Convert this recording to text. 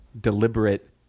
deliberate